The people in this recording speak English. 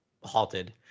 Halted